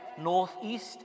northeast